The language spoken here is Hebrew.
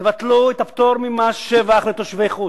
תבטלו את הפטור ממס שבח לתושבי חוץ.